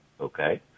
okay